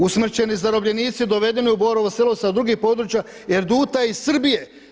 Usmrćeni zarobljenici dovedeni u Borovo Selo sa drugih područja Erduta i Srbije.